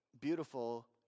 beautiful